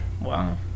Wow